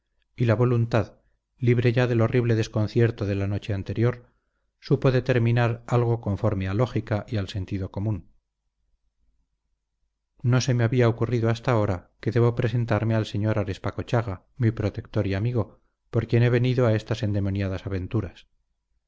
y la voluntad libre ya del horrible desconcierto de la noche anterior supo determinar algo conforme a lógica y al sentido común no se me había ocurrido hasta ahora que debo presentarme al sr arespacochaga mi protector y amigo por quien he venido a estas endemoniadas aventuras